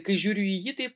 kai žiūriu į jį tai